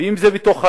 אם זה בתוך העיר,